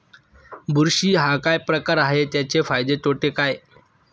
बुरशी हा काय प्रकार आहे, त्याचे फायदे तोटे काय?